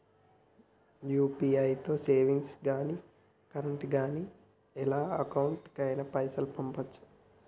UPI తో savings గాని current గాని ఇలా ఏ అకౌంట్ కైనా పైసల్ పంపొచ్చా?